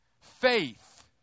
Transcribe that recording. Faith